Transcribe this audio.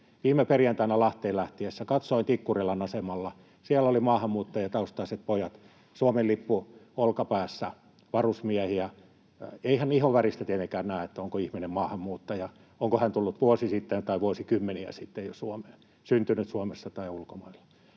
Viime perjantaina Lahteen lähtiessä katsoin Tikkurilan asemalla, että siellä olivat maahanmuuttajataustaiset pojat Suomen lippu olkapäässä, varusmiehiä. Eihän ihonväristä tietenkään näe, onko ihminen maahanmuuttaja, onko hän tullut vuosi sitten tai jo vuosikymmeniä sitten Suomeen, syntynyt Suomessa tai ulkomailla,